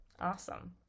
Awesome